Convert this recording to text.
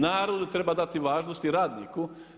Narodu treba dati važnosti i radniku.